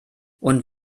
und